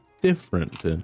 different